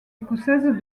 écossaise